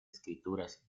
escrituras